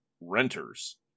renters